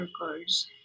workers